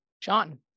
John